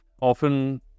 Often